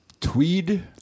Tweed